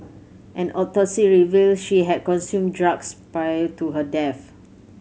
an autopsy revealed she had consumed drugs prior to her death